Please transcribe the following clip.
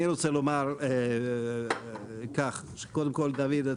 אני רוצה לומר כך: קודם כל דוד,